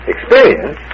Experience